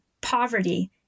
poverty